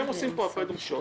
והם עושים פה הפרד ומשול